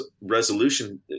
resolution